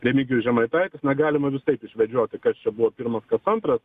remigijus žemaitaitis na galima visaip išvedžioti kas čia buvo pirmas kas antras